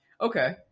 Okay